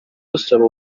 dusaba